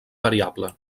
variable